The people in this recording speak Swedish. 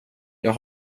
jag